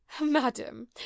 madam